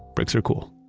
bricks are cool.